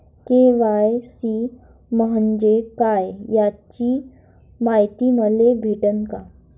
KYC म्हंजे काय याची मायती मले भेटन का?